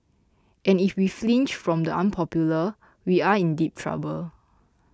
and if we flinch from the unpopular we are in deep trouble